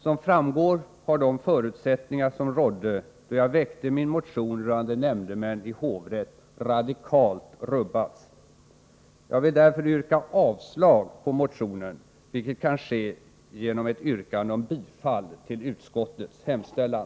Som framgår har de förutsättningar som rådde då jag väckte min motion rörande nämndemän i hovrätt radikalt rubbats. Jag vill därför yrka avslag på motionen, vilket kan ske genom ett yrkande om bifall till utskottets hemställan.